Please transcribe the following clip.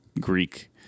Greek